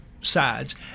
sides